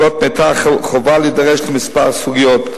כאות מתה, חובה להידרש לכמה סוגיות.